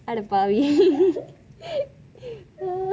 அட பாவி:ada paavi